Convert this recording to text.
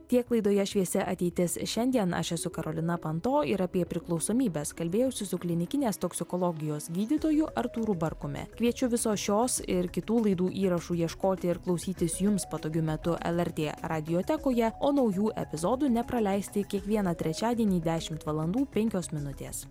tiek laidoje šviesi ateitis šiandien aš esu karolina panto ir apie priklausomybes kalbėjausi su klinikinės toksikologijos gydytoju artūru barkumi kviečiu visos šios ir kitų laidų įrašų ieškoti ir klausytis jums patogiu metu lrt radijotekoje o naujų epizodų nepraleisti kiekvieną trečiadienį dešimt valandų penkios minutės